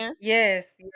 Yes